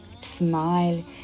Smile